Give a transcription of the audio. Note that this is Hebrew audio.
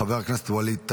חבר הכנסת ווליד טאהא,